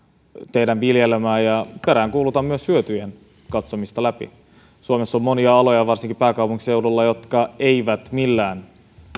teidän viljelemäänne ja peräänkuulutan myös hyötyjen katsomista läpi suomessa on monia aloja varsinkin pääkaupunkiseudulla jotka eivät millään